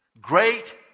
great